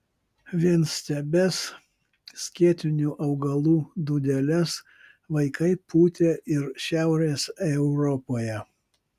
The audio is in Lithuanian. vienstiebes skėtinių augalų dūdeles vaikai pūtė ir šiaurės europoje